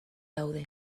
daude